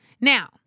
Now